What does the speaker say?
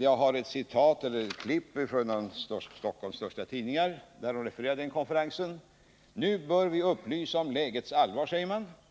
Jag har här ett klipp ur en av Stockholms största tidningar, som refererade den konferens där denna debatt hölls. ”Nu bör vi upplysa om lägets allvar”, lyder rubriken till referatet.